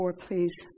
please